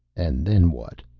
and then what?